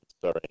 Sorry